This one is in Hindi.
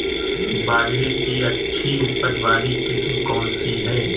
बाजरे की अच्छी उपज वाली किस्म कौनसी है?